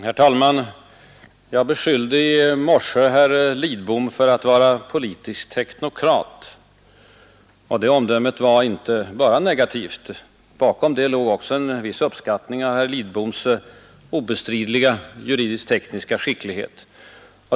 Herr talman! Jag beskyllde i morse herr Lidbom för att vara politisk teknokrat, och det omdömet var inte bara negativt. Bakom det låg också en viss uppskattning av herr Lidboms obestridliga juridisk-tekniska skicklighet.